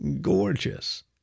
Gorgeous